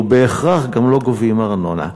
ובהכרח גם לא גובים ארנונה.